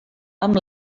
amb